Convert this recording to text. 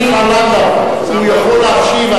השר לנדאו, הוא יכול להשיב.